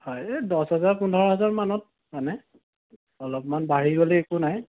হয় এই দহহাজাৰ পোন্ধৰ হাজাৰমানত মানত মানে অলপমান বাঢ়ি গ'লে একো নাই